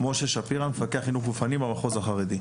מפקח חינוך גופני במחוז החרדי.